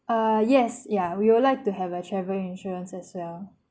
uh yes yeah we will like to have a travel insurance as well